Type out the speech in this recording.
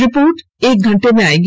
report एक घंटे में आ जाएगी